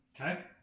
Okay